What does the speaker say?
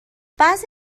بعضی